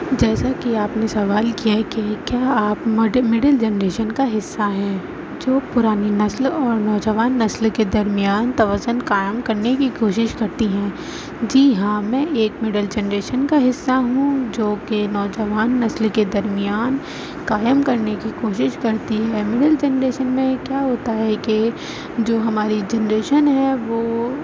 جیسا کہ آپ نے سوال کیا ہے کہ کیا آپ مڈا مڈل جنریشن کا حصہ ہیں جو پرانی نسل اور نوجوان نسل کے درمیان توازن قائم کرنے کی کوشش کرتی ہے جی ہاں میں ایک مڈل جنریشن کا حصہ ہوں جوکہ نوجوان نسل کے درمیان قائم کرنے کی کوشش کرتی ہے مڈل جنریشن میں کیا ہوتا ہے کہ جو ہماری جنریشن ہے وہ